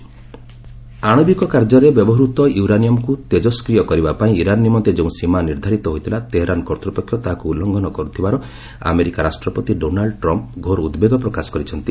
Trump Iran ଆଣବିକ କାର୍ଯ୍ୟରେ ବ୍ୟବହୃତ ୟୁରାନିୟମ୍କୁ ତେକଷ୍ରିୟ କରିବାପାଇଁ ଇରାନ୍ ନିମନ୍ତେ ଯେଉଁ ସୀମା ନିର୍ଦ୍ଧାରିତ ହୋଇଥିଲା ତେହରାନ୍ କର୍ତ୍ତୃପକ୍ଷ ତାହାକୁ ଉଲ୍ଲଙ୍ଘନ କରୁଥିବାର ଆମେରିକା ରାଷ୍ଟ୍ରପତି ଡୋନାଲ୍ଡ୍ ଟ୍ରମ୍ପ୍ ଘୋର ଉଦ୍ବେଗ ପ୍ରକାଶ କରିଛନ୍ତି